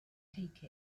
take